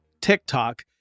TikTok